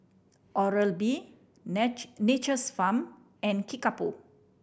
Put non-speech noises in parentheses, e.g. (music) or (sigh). Oral B (unintelligible) Nature's Farm and Kickapoo